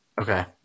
Okay